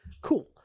Cool